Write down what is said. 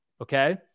okay